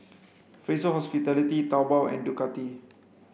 Fraser Hospitality Taobao and Ducati